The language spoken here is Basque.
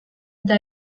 eta